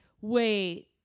wait